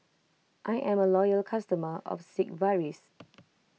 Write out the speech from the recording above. I am a loyal customer of Sigvaris